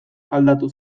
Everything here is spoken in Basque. aldatu